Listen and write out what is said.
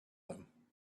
them